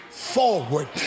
forward